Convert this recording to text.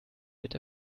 wird